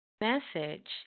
message